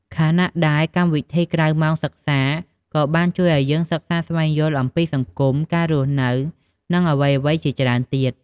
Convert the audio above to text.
ខណៈដែលកម្មវិធីក្រៅម៉ោងសិក្សា ក៏បានជួយឲ្យយើងសិក្សាស្វែងយល់អំពីសង្គម ការរស់នៅ និងអ្វីៗជាច្រើនទៀត។